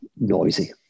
Noisy